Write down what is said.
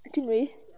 jun wei